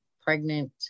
pregnant